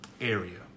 area